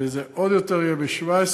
וזה עוד יותר יהיה ב-2017.